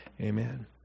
Amen